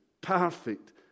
perfect